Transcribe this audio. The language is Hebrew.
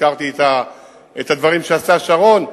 הזכרתי את הדברים שעשה שרון,